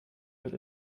wird